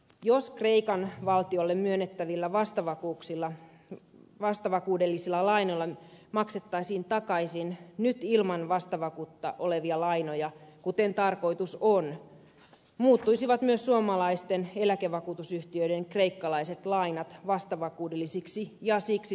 jos kreikan valtiolle myönnettävillä vastavakuudellisilla lainoilla maksettaisiin takaisin nyt ilman vastavakuutta olevia lainoja kuten tarkoitus on muuttuisivat myös suomalaisten eläkevakuutusyhtiöiden kreikkalaiset lainat vastavakuudellisiksi ja siksi turvallisiksi